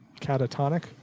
catatonic